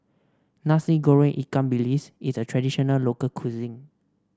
Nasi Goreng Ikan Bilis is a traditional local cuisine